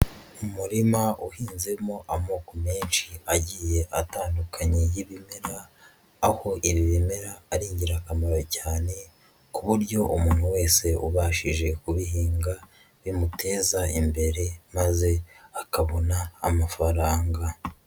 Umurima uhinzemo amoko menshi agiye atandukanye y'ibimera, aho ibi bimera ari ingirakamaro cyane ku buryo umuntu wese ubashije kubihinga bimuteza imbere maze akabona amafaranga.